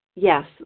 Yes